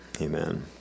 Amen